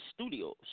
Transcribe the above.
Studios